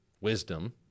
wisdom